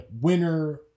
winner